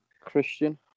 Christian